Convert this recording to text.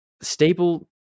Staple